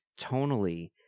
tonally